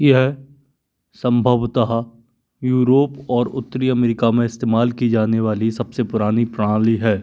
यह संभवतः यूरोप और उत्तरी अमरिका में इस्तेमाल की जाने वाली सबसे पुरानी प्रणाली है